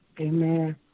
amen